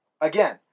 Again